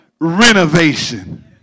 renovation